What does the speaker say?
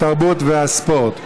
התרבות והספורט.